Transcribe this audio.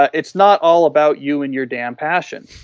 it's not all about you and your damn passion,